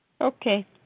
Okay